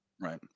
Right